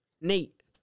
Nate